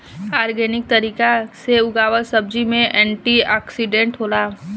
organic तरीका से उगावल सब्जी में एंटी ओक्सिडेंट होला